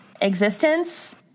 existence